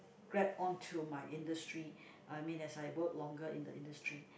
grab on to my industry uh I mean as I work longer in the industry